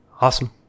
awesome